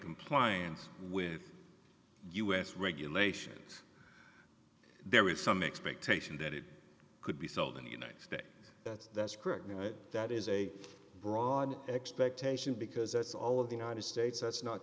compliance with u s regulations there is some expectation that it could be sold in the next day that's that's correct that is a broad expectation because that's all of the united states that's not